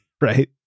right